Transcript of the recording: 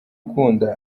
ukunda